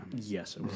Yes